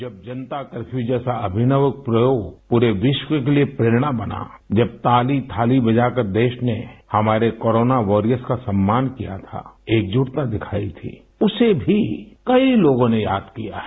जब जनता कर्फ्यू जैसा अभिनव प्रयोग पूरे विश्व के लिए प्रेरणा बना जब ताली थाली बजाकर देश ने हमारे कोरोना वारियर्स का सम्मान किया था एकजुटता दिखाई थी उसे भी कई लोगों ने याद किया है